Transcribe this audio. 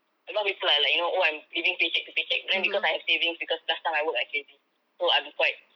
a lot of people are like you know oh I'm living paycheck to paycheck but then because I have savings because last time I work like crazy so I'm quite